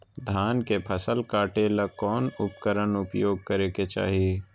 धान के फसल काटे ला कौन उपकरण उपयोग करे के चाही?